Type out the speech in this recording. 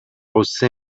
غصه